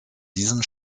diesen